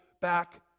back